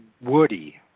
Woody